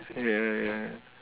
ya ya ya